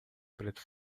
preto